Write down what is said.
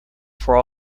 for